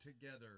together